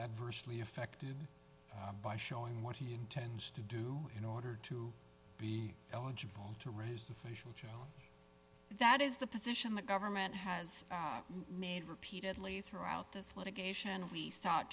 adversely affected by showing what he intends to do in order to be eligible to raise the facial that is the position the government has made repeatedly throughout this litigation we sought